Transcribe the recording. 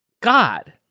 God